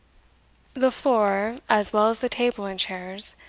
the floor, as well as the table and chairs,